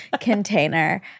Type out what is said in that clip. container